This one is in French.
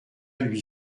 lui